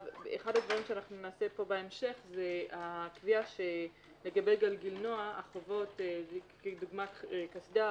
אחד הדברים שנעשה פה בהמשך זה הקביעה שלגבי גלגילנוע החובות דוגמת קסדה,